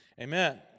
Amen